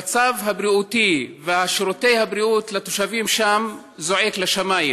המצב הבריאותי ושירותי הבריאות לתושבים שם זועק לשמיים.